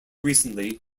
recently